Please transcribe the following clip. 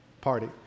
party